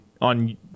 on